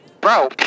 bro